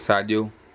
साॼो